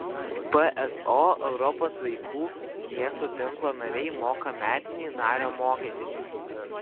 pso europos sveikų miestų tinklo nariai moka metinį nario mokestį